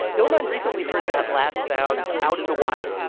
illmind recently heard that last sound out in the wild.